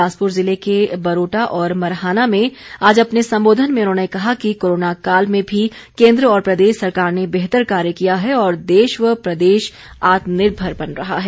बिलासपुर जिले के बरोटा और मरहाना में आज अपने संबोधन में उन्होंने कहा कि कोरोना काल में भी कोन्द्र और प्रदेश सरकार ने बेहतर कार्य किया है और देश व प्रदेश आत्मनिर्भर बन रहा है